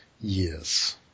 Yes